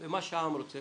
זה מה שהעם רוצה.